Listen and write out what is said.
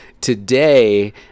Today